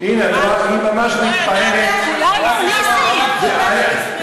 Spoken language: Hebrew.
אני ממש לא יודעת את נפשי,